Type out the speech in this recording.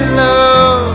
love